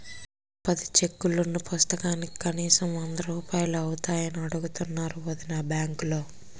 పది చెక్కులున్న పుస్తకానికి కనీసం వందరూపాయలు అవుతాయని అడుగుతున్నారు వొదినా బాంకులో